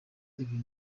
ibintu